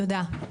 תודה.